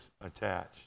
attached